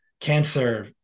cancer